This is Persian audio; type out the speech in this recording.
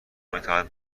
میتوانند